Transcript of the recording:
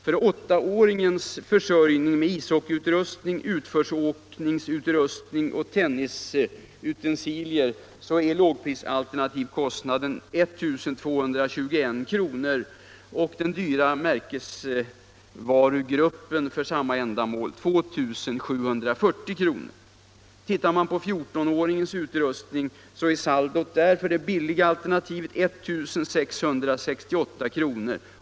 För åttaåringens försörjning med ishockeyutrustning, utförsåkningsutrustning och tennisutensilier blir kostnaden enligt lågprisalternativet 1 221 kr., medan den dyra märkesvarugruppen kostar 2 740 kr. för samma ändamål. När det gäller fjortonåringens utrustning är saldot för billiga alternativet 1668 kr.